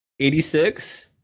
86